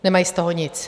Nemají z toho nic.